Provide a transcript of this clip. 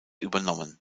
übernommen